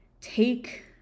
Take